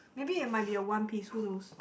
maybe it might be a one piece who knows